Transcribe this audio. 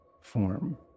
form